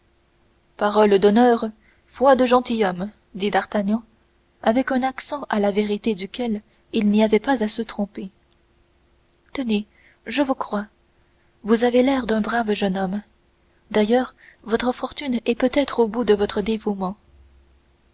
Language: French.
parole d'honneur foi de gentilhomme dit d'artagnan avec un accent à la vérité duquel il n'y avait pas à se tromper tenez je vous crois vous avez l'air d'un brave jeune homme d'ailleurs votre fortune est peut-être au bout de votre dévouement